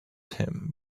him